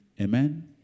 Amen